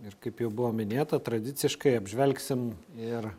ir kaip jau buvo minėta tradiciškai apžvelgsim ir